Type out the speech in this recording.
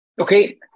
Okay